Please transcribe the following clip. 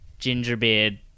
Gingerbeard